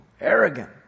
arrogant